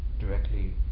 directly